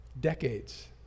Decades